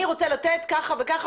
אני רוצה לתת כך וכך,